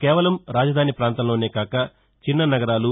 కేవలం రాజధాని పాంతంలోనే కాక చిన్న నగరాలు